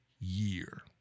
year